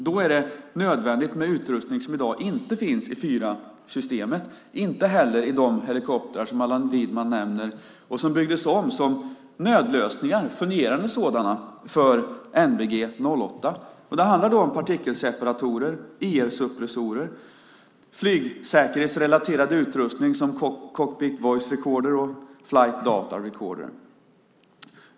Då är det nödvändigt med utrustning som i dag inte finns i 4-systemet, inte heller i de helikoptrar som Allan Widman nämner och som byggdes om som nödlösningar - fungerande sådana - för Nordic Battlegroup 2008. Det handlar då om partikelseparatorer, elsuppressorer och flygsäkerhetsrelaterad utrustning som cockpit voice recorder och flight data recorder.